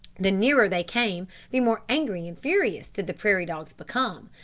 the nearer they came the more angry and furious did the prairie-dogs become,